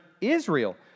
Israel